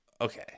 Okay